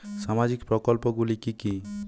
সামাজিক প্রকল্পগুলি কি কি?